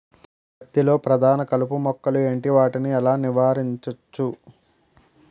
పత్తి లో ప్రధాన కలుపు మొక్కలు ఎంటి? వాటిని ఎలా నీవారించచ్చు?